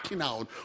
out